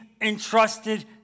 entrusted